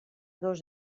dos